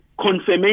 confirmation